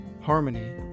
Harmony